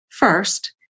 first